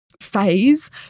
Phase